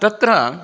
तत्र